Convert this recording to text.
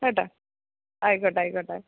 കേട്ടാ ആയിക്കോട്ടെ ആയിക്കോട്ടെ